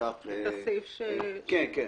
כאשר הסנקציה האמיתית